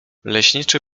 leśniczy